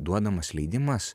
duodamas leidimas